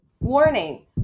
Warning